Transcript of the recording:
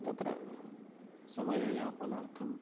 तत्र समययापनार्थम्